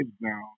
now